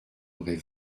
aurait